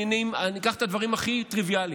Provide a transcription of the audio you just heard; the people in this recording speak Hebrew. אקח את הדברים הכי טריוויאליים: